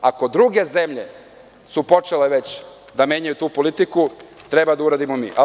Ako su već druge zemlje počele da menjaju tu politiku, trebamo da uradimo i mi.